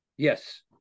Yes